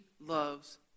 loves